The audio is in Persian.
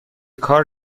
کار